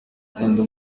nkunda